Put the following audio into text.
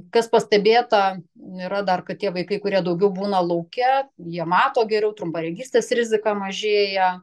kas pastebėta yra dar kad tie vaikai kurie daugiau būna lauke ar jie mato geriau trumparegystės rizika mažėja